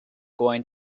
going